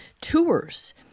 tours